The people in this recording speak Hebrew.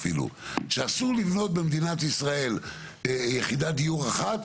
שאסור לבנות במדינת ישראל יחידת דיור אחת,